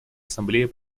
ассамблее